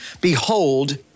behold